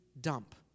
dump